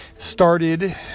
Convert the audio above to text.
started